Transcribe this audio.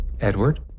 Edward